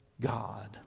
God